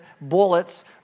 bullets